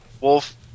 wolf